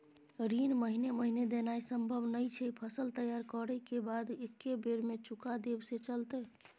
ऋण महीने महीने देनाय सम्भव नय छै, फसल तैयार करै के बाद एक्कै बेर में चुका देब से चलते?